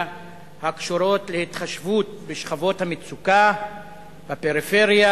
הקשורות להתחשבות בשכבות המצוקה בפריפריה.